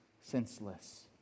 senseless